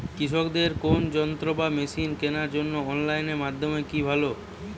কৃষিদের কোন যন্ত্র বা মেশিন কেনার জন্য অনলাইন মাধ্যম কি ভালো?